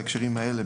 בהקשרים האלה,